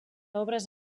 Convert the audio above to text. obres